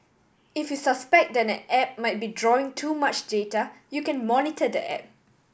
if you suspect that an app might be drawing too much data you can monitor the app